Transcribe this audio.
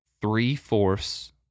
three-fourths